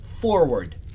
forward